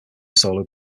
solo